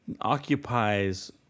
occupies